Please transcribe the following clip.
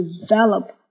develop